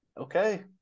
Okay